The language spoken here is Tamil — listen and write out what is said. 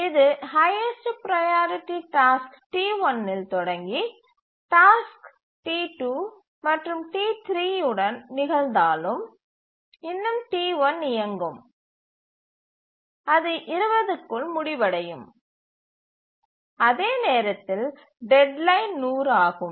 இது ஹய்யஸ்டு ப்ரையாரிட்டி டாஸ்க் T1 இல் தொடங்கி டாஸ்க் T2 மற்றும் T3 உடன் நிகழ்ந்தாலும் இன்னும் T1 இயங்கும் அது 20 க்குள் முடிவடையும் அதே நேரத்தில் டெட்லைன் 100 ஆகும்